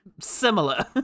Similar